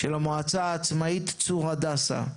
של המועצה העצמאית צור הדסה,